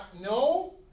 No